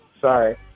Sorry